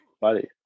Buddy